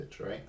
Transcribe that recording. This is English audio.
right